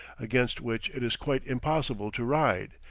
against which it is quite impossible to ride,